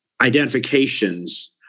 identifications